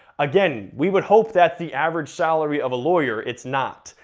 again, we would hope that the average salary of a lawyer, it's not.